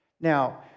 Now